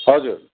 हजुर